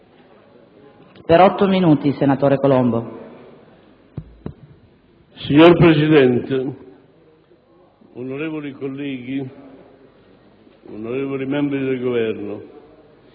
Signora Presidente, onorevoli colleghi, onorevoli membri del Governo,